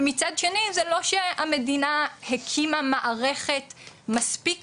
ומצד שני זה לא שהמדינה הקימה מערכת מספיק